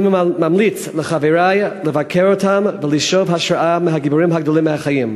אני ממליץ לחברי לבקר שם ולשאוב השראה מהגיבורים הגדולים מהחיים.